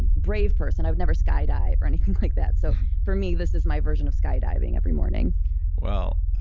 brave person. i would never skydive or anything like that. so for me, this is my version of skydiving every morning well,